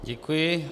Děkuji.